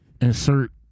insert